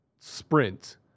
sprint